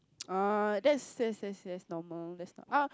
uh that's that's that's that's normal that's normal uh